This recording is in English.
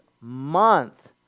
month